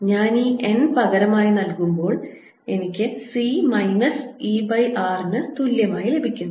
ഞാൻ ഈ n പകരമായി നൽകുമ്പോൾ എനിക്ക് C മൈനസ് ER നു തുല്യമായി ലഭിക്കുന്നു